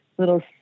little